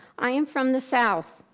i am from the south.